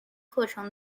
课程